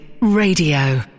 Radio